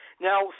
Now